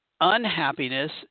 unhappiness